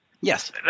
yes